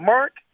Mark